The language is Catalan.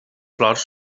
flors